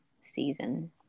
season